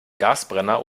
gasbrenner